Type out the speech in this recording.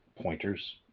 pointers